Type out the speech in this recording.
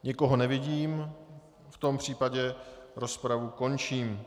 Nikoho nevidím a v tom případě rozpravu končím.